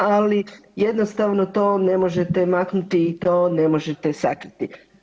Ali jednostavno to ne možete maknuti i to ne možete sakriti.